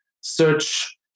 search